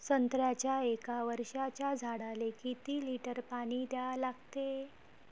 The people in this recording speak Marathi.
संत्र्याच्या एक वर्षाच्या झाडाले किती लिटर पाणी द्या लागते?